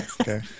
Okay